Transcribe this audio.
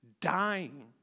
dying